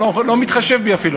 ולא מתחשב בי אפילו.